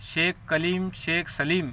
Shaikh Kalim Shaikh Salim